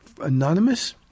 Anonymous